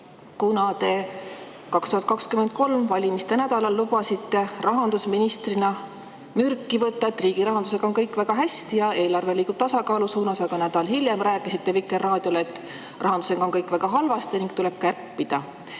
kuna te 2023. aasta valimiste nädalal lubasite rahandusministrina mürki võtta, et riigi rahandusega on kõik väga hästi ja eelarve liigub tasakaalu suunas, aga nädal hiljem rääkisite Vikerraadiole, et rahandusega on kõik väga halvasti ning tuleb kärpida.